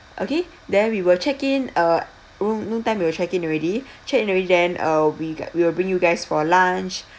okay then we will check in uh roo~ noon time we will check in already check in already then uh we ge~ we will bring you guys for lunch